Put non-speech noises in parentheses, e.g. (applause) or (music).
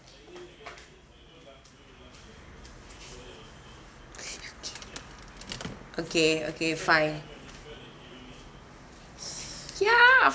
(breath) okay okay okay fine ya